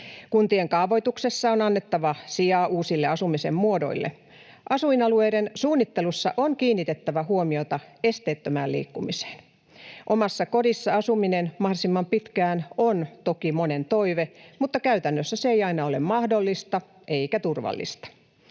Kuntien kaavoituksessa on annettava sijaa uusille asumisen muodoille. Asuinalueiden suunnittelussa on kiinnitettävä huomiota esteettömään liikkumiseen. Omassa kodissa asuminen mahdollisimman pitkään on toki monen toive, mutta käytännössä se ei aina ole mahdollista eikä turvallista.